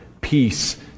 Peace